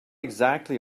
exactly